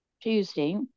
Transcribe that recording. tuesday